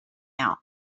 out